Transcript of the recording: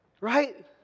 Right